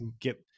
get